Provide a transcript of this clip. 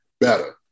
better